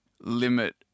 limit